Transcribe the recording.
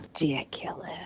Ridiculous